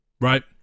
Right